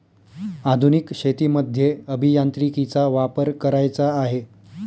आधुनिक शेतीमध्ये अभियांत्रिकीचा वापर करायचा आहे